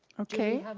okay,